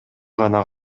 гана